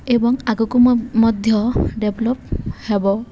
ଏବଂ ଆଗକୁ ମଧ୍ୟ ଡେଭଲପ୍ ହେବ